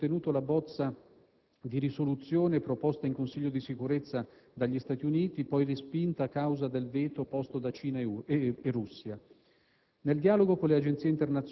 In gennaio abbiamo inoltre sostenuto la bozza di risoluzione proposta in Consiglio di Sicurezza dagli Stati Uniti, poi respinta a causa del veto posto da Cina e Russia.